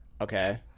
Okay